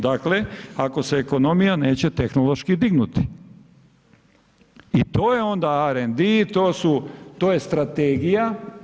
Dakle, ako se ekonomija neće tehnološki dignuti i to je onda … i to je strategija.